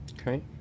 Okay